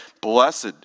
blessed